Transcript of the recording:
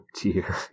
dear